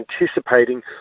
anticipating